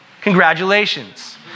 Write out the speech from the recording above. Congratulations